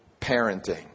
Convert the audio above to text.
parenting